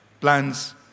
Plans